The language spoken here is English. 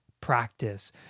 Practice